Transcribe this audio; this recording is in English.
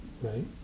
right